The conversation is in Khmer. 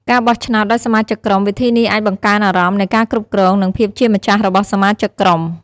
ការបោះឆ្នោតដោយសមាជិកក្រុម វិធីនេះអាចបង្កើនអារម្មណ៍នៃការគ្រប់គ្រង និងភាពជាម្ចាស់របស់សមាជិកក្រុម។